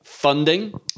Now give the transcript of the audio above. Funding